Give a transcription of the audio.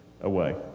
away